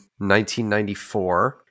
1994